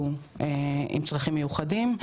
שהוא עם צרכים מיוחדים.